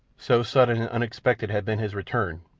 so sudden and unexpected had been his return,